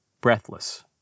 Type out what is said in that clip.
breathless